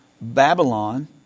Babylon